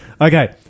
Okay